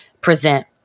present